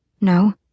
No